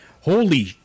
holy